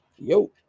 yo